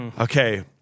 Okay